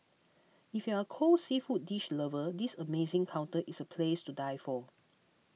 if you are a cold seafood dish lover this amazing counter is a place to die for